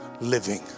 living